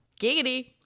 giggity